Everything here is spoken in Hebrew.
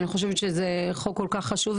אני חושבת שזה חוק כל כך חשוב,